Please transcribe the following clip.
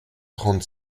trente